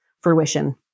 fruition